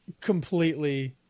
completely